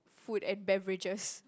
food and beverages